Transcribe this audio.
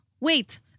Wait